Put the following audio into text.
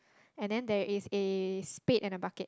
and then there is a spade and a bucket